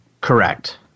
Correct